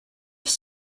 have